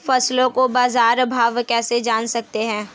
फसलों का बाज़ार भाव कैसे जान सकते हैं?